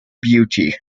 beauty